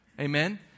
Amen